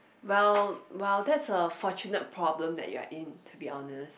well well that's a fortunate problem that you're in to be honest